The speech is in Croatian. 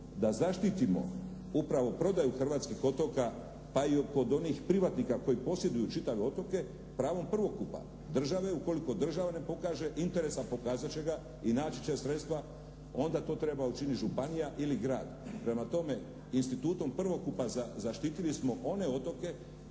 da zaštitimo upravo prodaju hrvatskih otoka pa i od onih privatnika koji posjeduju čitave otoke pravom prvokupa države. Ukoliko država ne pokaže interes, a pokazat će ga i naći će sredstva, onda to treba učiniti županija ili grad. Prema tome, institutom prvokupa zaštitili smo one otoke